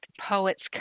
poets